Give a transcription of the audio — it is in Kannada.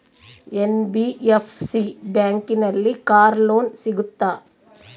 ಎನ್.ಬಿ.ಎಫ್.ಸಿ ಬ್ಯಾಂಕಿನಲ್ಲಿ ಕಾರ್ ಲೋನ್ ಸಿಗುತ್ತಾ?